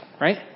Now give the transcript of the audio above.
right